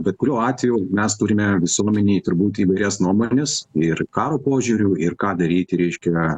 bet kuriuo atveju mes turime visuomenėj turbūt įvairias nuomones ir karo požiūriu ir ką daryti reiškia